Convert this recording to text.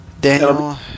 Daniel